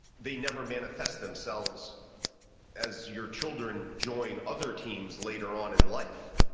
they never manifest themselves as your children join other teams later on in life.